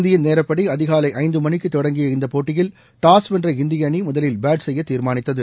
இந்திய நேரப்படி அதிகாலை ஐந்து மணிக்கு தொடங்கிய இந்த போட்டியில் டாஸ் வென்ற இந்திய அணி முதலில் பேட் செய்ய தீர்மானித்தது